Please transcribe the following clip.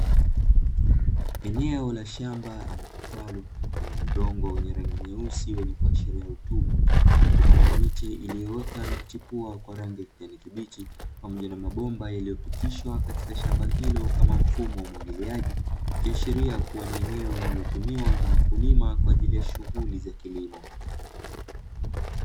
Eneo la shamba ama kitalu chenye udongo mwenye rangi nyeusi, kilichopanga miche iliyoota na kuchukua kwa rangi yarekebishi pamoja na mabomba yaliyopitishwa, katika shamba hilo kama mfumo wa umwagiliaji vya sheria kuwa ni eneo linalotumiwa na wakulima kwa ajili ya shughuli za kilimo.